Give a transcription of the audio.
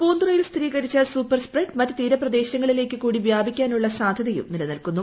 പൂന്തുറയിൽ സ്ഥിരീകരിച്ച super spread മറ്റ് തീരപ്രദേശങ്ങളിലേക്ക് കൂടി വ്യാപിക്കാനുള്ള സാധ്യതയും നിലനിൽക്കുന്നു